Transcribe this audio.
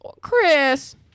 Chris